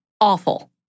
awful